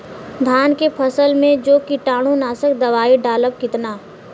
धान के फसल मे जो कीटानु नाशक दवाई डालब कितना?